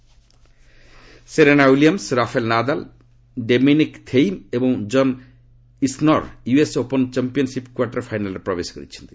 US Open Serena Williams Rafael Nadal Dominic Thiem ଏବଂ John Isner US Open championship quarter ଫାଇନାଲ୍ରେ ପ୍ରବେଶ କରିଛନ୍ତି